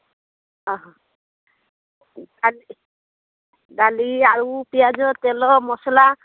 ହଁ ଡାଲି ଡାଲି ଆଳୁ ପିଆଜ ତେଲ ମସଲା